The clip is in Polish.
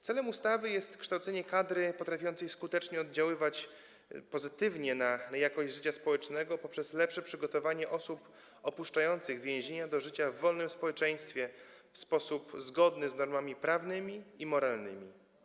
Celem ustawy jest kształcenie kadry potrafiącej skutecznie oddziaływać pozytywnie na jakość życia społecznego poprzez lepsze przygotowanie osób opuszczających więzienia do życia w wolnym społeczeństwie, w sposób zgodny z normami prawnymi i moralnymi.